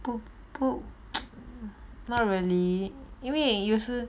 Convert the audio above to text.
不不 not really 因为有事